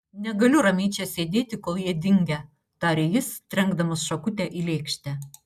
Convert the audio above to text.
negaliu ramiai čia sėdėti kol jie dingę tarė jis trenkdamas šakutę į lėkštę